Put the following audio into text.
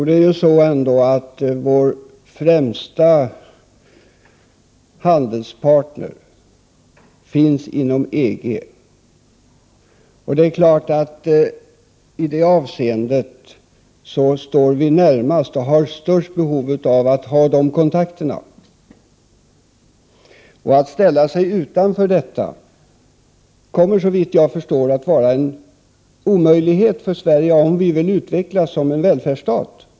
Herr talman! Vår främsta handelspartner är ändå EG. Då är det klart att vi har stort behov av att ha kontakter med EG. Att ställa sig utanför kommer, såvitt jag förstår, att vara en omöjlighet för Sverige om vi vill utveckla vårt land som välfärdsstat.